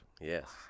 Yes